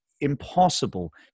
impossible